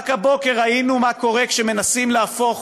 רק הבוקר ראינו מה קורה כשמנסים להפוך